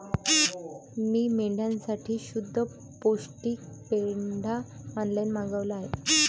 मी मेंढ्यांसाठी शुद्ध पौष्टिक पेंढा ऑनलाईन मागवला आहे